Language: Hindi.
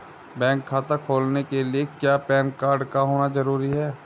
बैंक खाता खोलने के लिए क्या पैन कार्ड का होना ज़रूरी है?